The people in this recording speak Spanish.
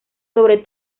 sobre